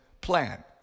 plan